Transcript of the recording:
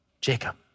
Jacob